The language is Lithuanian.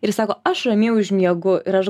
ir sako aš ramiai užmiegu ir aš